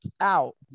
out